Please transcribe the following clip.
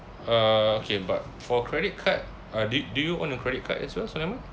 uh okay but for credit card uh do you do you own a credit card as well sulaiman